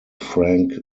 frank